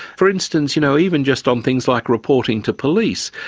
for instance, you know even just on things like reporting to police,